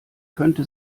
könnte